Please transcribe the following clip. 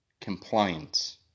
Compliance